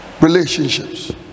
Relationships